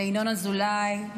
לינון אזולאי,